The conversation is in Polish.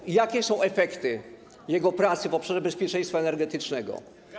I jakie są efekty jego pracy w obszarze bezpieczeństwa energetycznego?